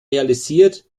realisiert